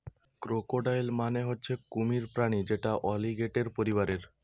crocodile মানে হচ্ছে কুমির প্রাণী যেটা অলিগেটের পরিবারের